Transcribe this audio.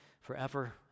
forever